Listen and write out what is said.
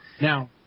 Now